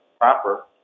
proper